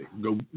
go